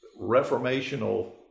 reformational